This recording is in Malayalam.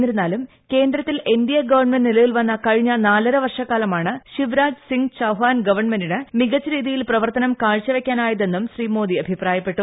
എന്നിരുന്നാലും കേന്ദ്രത്തിൽ എൻ ഡി എ ഗവൺമെന്റ് നിലവിൽ വന്നു കഴിഞ് നാലര വർഷക്കാലമാണ് ശിവ്രാജ് സിംഗ് ചൌഹാൻ ഗവൺമെന്റിന് മികച്ച രീതിയിൽ പ്രവർത്തനം കാഴ്ച വയ്ക്കാനായതെന്നും ശ്രീ മോദി അഭിപ്രായപ്പെട്ടു